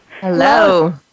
Hello